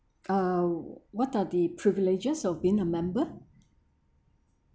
uh what are the privileges of being a member